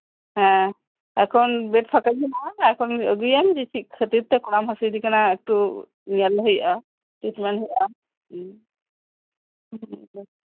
ᱦᱮᱸ ᱮᱠᱷᱚᱱ ᱵᱮᱰ ᱯᱷᱟᱠᱟᱜᱤ ᱦᱮᱱᱟᱜ ᱟ ᱮᱠᱷᱚᱱ ᱟᱹᱜᱩᱭᱮᱢ ᱪᱮᱫ ᱠᱷᱟᱹᱛᱤᱨ ᱛᱮ ᱠᱚᱲᱟᱢ ᱦᱟᱥᱩᱭ ᱫᱮ ᱠᱟᱱᱟ ᱮᱠᱴᱩ ᱧᱮᱞ ᱦᱩᱭᱩᱜ ᱟ ᱴᱤᱴᱢᱮᱱ ᱦᱩᱭᱩᱜ ᱟ ᱦᱮᱸ